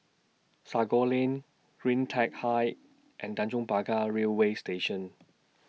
Sago Lane CleanTech Height and Tanjong Pagar Railway Station